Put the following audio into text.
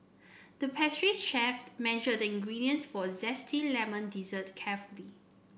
the pastry chef measured the ingredients for a zesty lemon dessert carefully